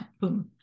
boom